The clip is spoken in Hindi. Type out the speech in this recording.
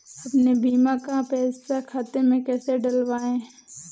अपने बीमा का पैसा खाते में कैसे डलवाए?